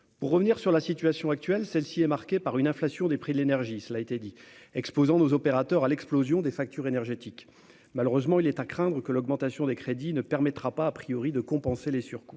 française. La situation actuelle est marquée par une inflation des prix de l'énergie- cela a été dit -, exposant nos opérateurs à l'explosion des factures énergétiques. Malheureusement, il est à craindre que l'augmentation des crédits ne permette pas de compenser les surcoûts.